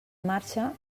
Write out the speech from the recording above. marxa